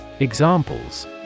Examples